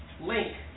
link